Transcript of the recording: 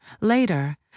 Later